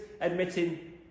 Admitting